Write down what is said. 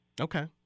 Okay